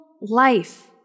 life